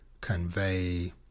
convey